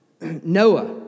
Noah